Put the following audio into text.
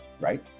right